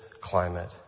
climate